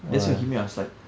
that's when it hit me I was like